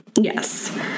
Yes